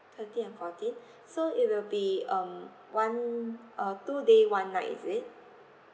thirteen and fourteen so it will be um one uh two day one night is it